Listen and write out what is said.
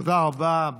תודה רבה.